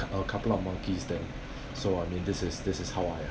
a couple of monkeys then so I mean this is this is how i